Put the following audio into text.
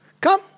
come